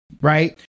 right